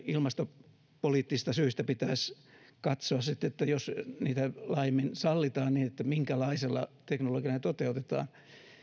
ilmastopoliittisista syistä pitäisi katsoa sitten että jos niitä laajemmin sallitaan niin minkälaisella teknologialla ne toteutetaan